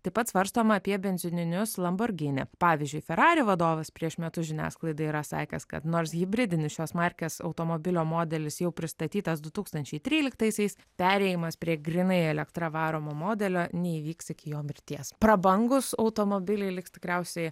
taip pat svarstoma apie benzininius lamborgini pavyzdžiui ferari vadovas prieš metus žiniasklaidai yra sakęs kad nors hibridinis šios markės automobilio modelis jau pristatytas du tūkstančiai tryliktaisiais perėjimas prie grynai elektra varomo modelio neįvyks iki jo mirties prabangūs automobiliai liks tikriausiai